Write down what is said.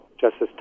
Justice